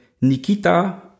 Nikita